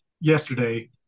yesterday